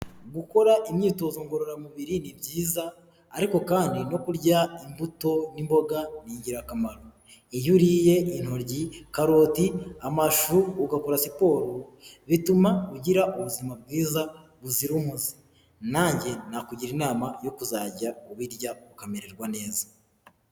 Gukora imyitozo ngororamubiri ni byiza, ariko kandi no kurya imbuto n'imboga ni ingirakamaro. Iyo uriye intoryi, karoti, amashu, ugakora siporo, bituma ugira ubuzima bwiza, buzira umuze. Nanjye nakugira inama yo kuzajya ubirya, ukamererwa neza.